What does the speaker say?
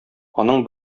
аның